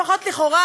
לפחות לכאורה,